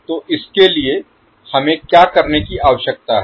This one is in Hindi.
तो इसके लिए हमें क्या करने की आवश्यकता है